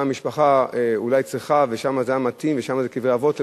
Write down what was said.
המשפחה אולי צריכה ושם זה מתאים ושם זה קברי אבות,